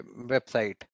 website